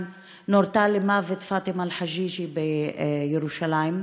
נורתה למוות פאטימה חג'יג'י בירושלים,